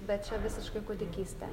nu ir kupišky bet čia visiška kūdykystė